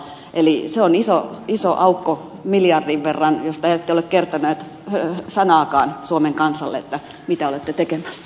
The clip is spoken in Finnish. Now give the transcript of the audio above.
eli se on iso aukko miljardin verran josta te ette ole kertoneet sanaakaan suomen kansalle mitä olette tekemässä